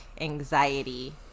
anxiety